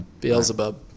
Beelzebub